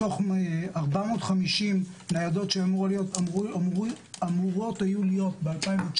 מתוך 450 ניידות שאמורות היו להיות ב-2019